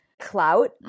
clout